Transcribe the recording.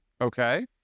Okay